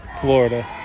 Florida